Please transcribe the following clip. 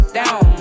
down